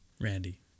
Randy